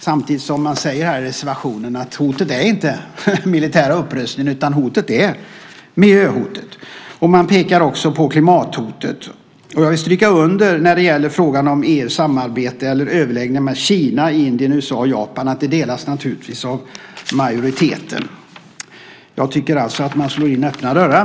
Samtidigt säger man i reservationen att hotet inte är militär upprustning utan att det är fråga om ett miljöhot. Man pekar också på klimathotet. Jag vill stryka under att i fråga om EU-samarbetet eller överläggningar med Kina, Indien, USA och Japan delas denna uppfattning av majoriteten. Jag tycker alltså att man slår in öppna dörrar.